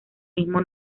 mismo